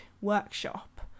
workshop